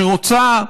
שרוצה,